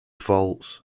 faults